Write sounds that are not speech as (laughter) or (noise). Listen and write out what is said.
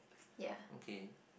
(breath) okay